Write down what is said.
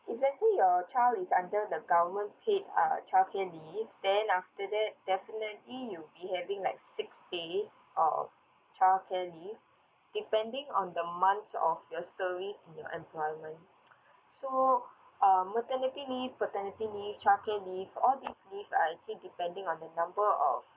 if let's say your child is under the government paid uh childcare leave then after that definitely you'll be having like six days of childcare leave depending on the months of your service and your employment so um maternity leave paternity leave childcare leave all these leaves are actually depending on the number of